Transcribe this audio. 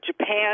Japan